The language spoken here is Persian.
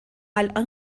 الان